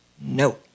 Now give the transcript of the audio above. No